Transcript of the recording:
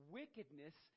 wickedness